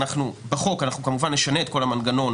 בחוק אנחנו כמובן נשנה את כל המנגנון,